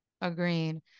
agreed